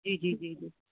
जी जी जी